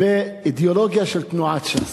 באידיאולוגיה של תנועת ש"ס.